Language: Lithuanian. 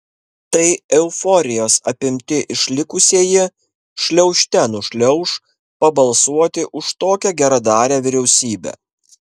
tai euforijos apimti išlikusieji šliaužte nušliauš pabalsuoti už tokią geradarę vyriausybę